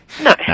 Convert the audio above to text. No